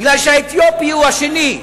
בגלל שהאתיופי הוא השני.